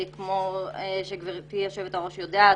כמו שגברתי יושבת הראש יודעת,